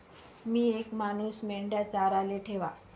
मी येक मानूस मेंढया चाराले ठेवा